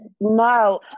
No